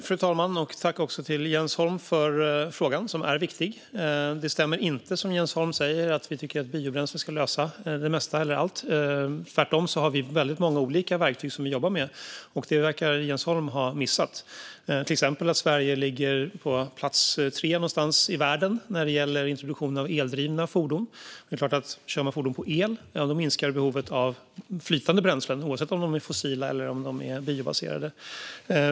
Fru talman! Tack, Jens Holm, för frågan, som är viktig. Det stämmer inte som Jens Holm säger att vi tycker att biobränsle ska lösa det mesta eller allt. Tvärtom har vi väldigt många olika verktyg som vi jobbar med, och det verkar Jens Holm ha missat - till exempel att Sverige ligger runt plats tre i världen när det gäller introduktion av eldrivna fordon. Om man kör fordon på el är det klart att behovet av flytande bränslen minskar, oavsett om de är fossila eller biobaserade.